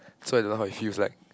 so I don't know how it feels like